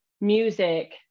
music